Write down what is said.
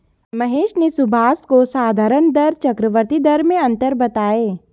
महेश ने सुभाष को साधारण दर चक्रवर्ती दर में अंतर बताएं